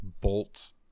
bolts